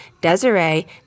DESIREE